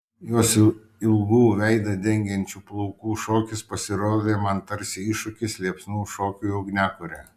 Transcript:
jos ilgų veidą dengiančių plaukų šokis pasirodė man tarsi iššūkis liepsnų šokiui ugniakure